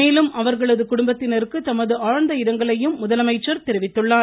மேலும் அவர்களது குடும்பத்தினருக்கு தமது ஆழ்ந்த இரங்கலையும் முதலமைச்சர் தெரிவித்துள்ளார்